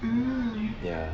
ya